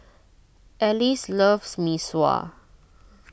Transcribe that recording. Alyce loves Mee Sua